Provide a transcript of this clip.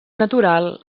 natural